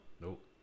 Nope